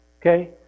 Okay